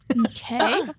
Okay